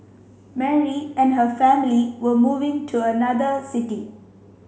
Mary and her family were moving to another city